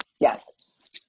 Yes